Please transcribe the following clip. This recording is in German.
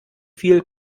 viel